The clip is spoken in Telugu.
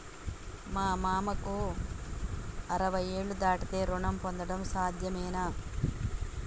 మా మామకు అరవై ఏళ్లు దాటితే రుణం పొందడం సాధ్యమేనా?